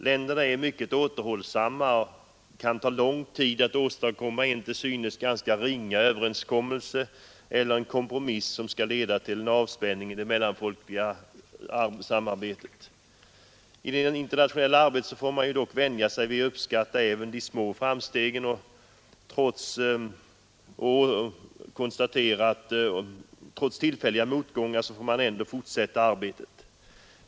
Länderna är mycket återhållsamma, och det kan ta lång tid att åstadkomma en till synes ganska ringa överenskommelse eller en kompromiss som skall leda till en avspänning i det mellanfolkliga samarbetet. I det internationella arbetet får man dock vänja sig vid att uppskatta även de små framstegen och konstatera att man trots tillfälliga motgångar ändå måste fortsätta arbetet.